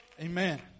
Amen